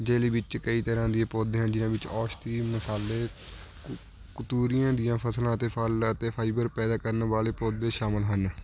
ਵਿੱਚ ਕਈ ਤਰ੍ਹਾਂ ਦੇ ਪੌਦੇ ਹਨ ਜਿਨ੍ਹਾਂ ਵਿੱਚ ਔਸ਼ਧੀ ਮਸਾਲੇ ਕਤੂਰੀਆਂ ਦੀਆਂ ਫਸਲਾਂ ਅਤੇ ਫਲ ਅਤੇ ਫਾਈਬਰ ਪੈਦਾ ਕਰਨ ਵਾਲੇ ਪੌਦੇ ਸ਼ਾਮਲ ਹਨ